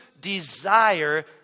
desire